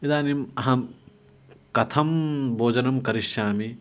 इदानीम् अहं कथं भोजनं करिष्यामि